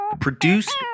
Produced